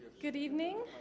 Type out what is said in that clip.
good evening.